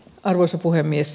arvoisa puhemies